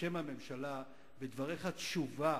בשם הממשלה בדבריך תשובה